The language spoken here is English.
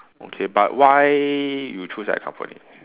okay but why you choose that company